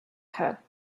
her